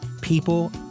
People